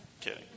kidding